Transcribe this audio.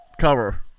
cover